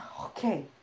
Okay